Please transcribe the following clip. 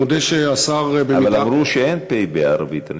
אבל אמרו שאין פֵּא בערבית.